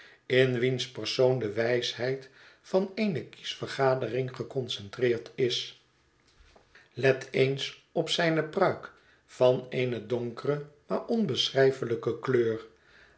in wiens persoon de wijsheid van eene kiesvergadering geconcentreerd is let eens op zijne pruik van eene donkere maar onbeschrijfelijke kleur